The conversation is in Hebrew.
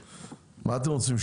מה אתם רוצים?